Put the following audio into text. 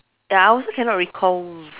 ya I also cannot recall